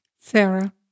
Sarah